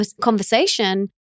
conversation